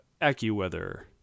AccuWeather